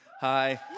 hi